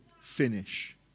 finish